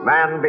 Man